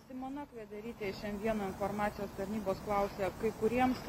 simona kvedarytė iš m vieno informacijos tarnybos klausia kai kuriems